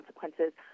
consequences